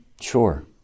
Sure